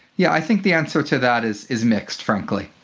yeah, i think the answer to that is is mixed, frankly.